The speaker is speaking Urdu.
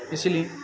اسی لیے